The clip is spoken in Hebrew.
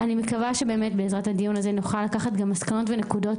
אני מקווה שבאמת בעזרת הדיון הזה נוכל לקחת מסקנות ונקודות